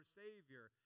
savior